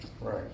Right